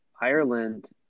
Ireland